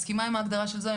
מסכימה עם ההגדרה של זואי,